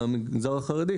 מה ההגדרה של המגזר החרדי?